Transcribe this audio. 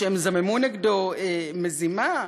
שהם זממו נגדו מזימה?